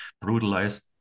brutalized